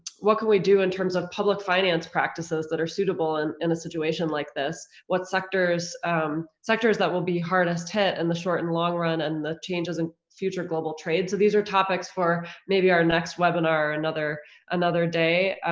what can we do in terms of public finance practices that are suitable and in a situation like this, what sectors um sectors that will be hardest hit in and the short and long run and the changes in future global trade. so these are topics for maybe our next webinar or another another day.